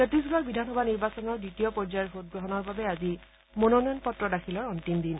ছত্তিশগড় বিধানসভা নিৰ্বাচনৰ দ্বিতীয় পৰ্যায়ৰ ভোটগ্ৰহণৰ বাবে আজি মনোনয়ন পত্ৰ দাখিলৰ অন্তিম দিন